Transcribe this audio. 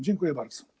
Dziękuję bardzo.